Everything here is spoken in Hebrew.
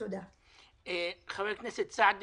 פניתי יחד איתך ויחד עם חברתנו סונדוס